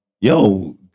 yo